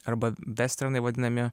arba vesternai vadinami